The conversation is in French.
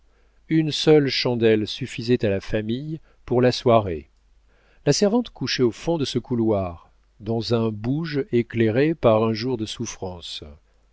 une seule chandelle suffisait à la famille pour la soirée la servante couchait au fond de ce couloir dans un bouge éclairé par un jour de souffrance